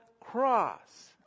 cross